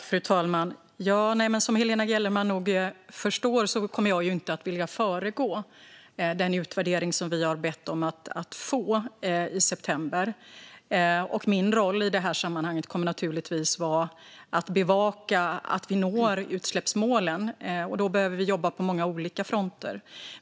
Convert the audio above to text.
Fru talman! Som Helena Gellerman nog förstår kommer jag inte att vilja föregripa den utvärdering som vi har bett om att få i september. Min roll i detta sammanhang kommer naturligtvis att vara att bevaka att vi når utsläppsmålen, och då behöver vi jobba på många olika fronter.